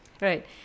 Right